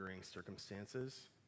circumstances